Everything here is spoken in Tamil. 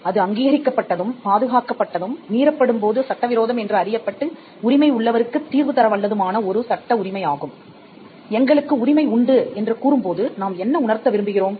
அது அங்கீகரிக்கப்பட்டதும் பாதுகாக்கப்பட்டதும் மீறப்படும்போது சட்டவிரோதம் என்று அறியப்பட்டு உரிமை உள்ளவருக்குத் தீர்வு தரவல்லதுமான ஓர் சட்ட உரிமை ஆகும் எங்களுக்கு உரிமை உண்டு என்று கூறும் போது நாம் என்ன உணர்த்த விரும்புகிறோம்